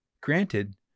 Granted